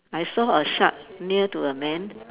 I saw a shark near to a man